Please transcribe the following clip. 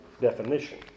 definition